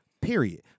period